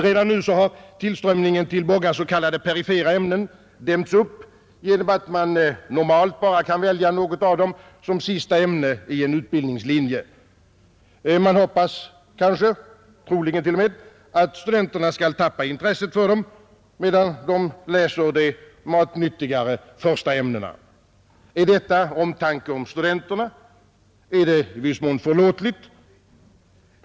Redan nu har tillströmningen till många s.k. perifera ämnen dämts upp genom att man normalt bara kan välja något av dem som sista ämne i en utbildningslinje. Man hoppas kanske — troligen t.o.m. — att studenterna skall tappa intresset för dem, medan de läser de matnyttigare första ämnena. Är detta omtanke om studenterna är det i viss mån förlåtligt.